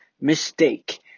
mistake